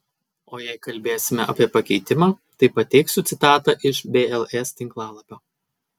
o jei kalbėsime apie pakeitimą tai pateiksiu citatą iš bls tinklalapio